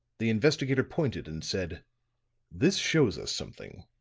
the investigator pointed and said this shows us something.